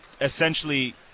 essentially